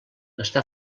està